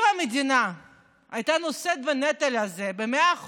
אם המדינה הייתה נושאת בנטל הזה ב-100%,